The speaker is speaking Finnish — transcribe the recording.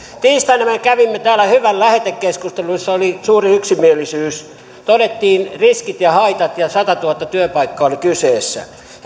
tiistaina me kävimme täällä hyvän lähetekeskustelun jossa oli suuri yksimielisyys todettiin riskit ja haitat ja satatuhatta työpaikkaa oli kyseessä